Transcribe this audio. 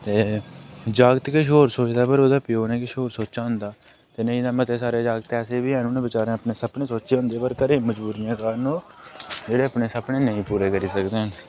ते जागत किश होर सोचदा पर ओह्दे प्यौ ने किश होर सोचा दा होंदा ते नेईं ते मते सारे जागत ऐसे बी ऐ न जिन्न बेचारे अपने सपने सोचे होंदे पर घरै मजबूरियां कारण ओह् जेह्ड़े आपने सपने नेईं पूरे करी सकदे ऐ न